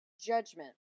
judgment